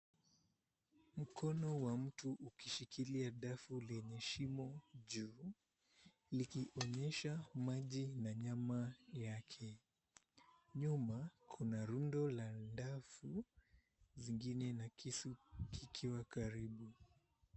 Mkono wa mtu ukishikilia dafu lenye shimo juu, likionyesha maji na nyama yake. Nyuma kuna rundo la dafu zingine na kisu kikiwa karibu.